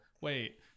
wait